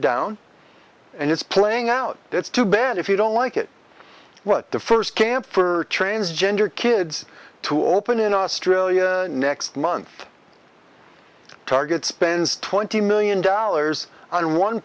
down and it's playing out it's too bad if you don't like it was the first camp for transgender kids to open in australia next month target spends twenty million dollars on one